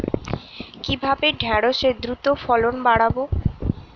কিভাবে ঢেঁড়সের দ্রুত ফলন বাড়াব?